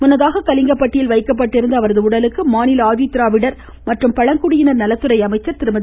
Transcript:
முன்னதாக கலிங்கப்பட்டியில் வைக்கப்பட்டிருந்த அவரது உடலுக்கு மாநில ஆதி திராவிடர் மற்றும் பழங்குடியினர் நலத்துறை அமைச்சர் திருமதி